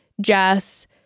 Jess